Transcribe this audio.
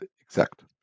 exact